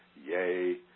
yay